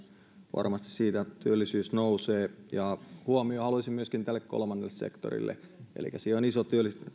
varmasti siitä työllisyys nousee ja huomion haluaisin myöskin kolmannelle sektorille elikkä siellä on iso